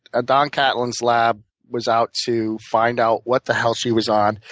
ah don catlin's lab was out to find out what the hell she was on.